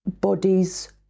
bodies